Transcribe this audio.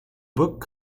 book